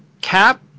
Cap